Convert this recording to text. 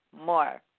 more